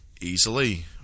easily